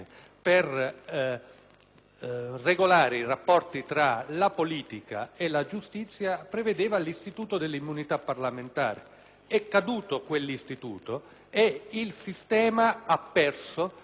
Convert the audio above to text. regolare i rapporti tra la politica e la giustizia prevedeva l'istituto dell'immunità parlamentare. È caduto quell' istituto ed il sistema ha perso il suo equilibrio.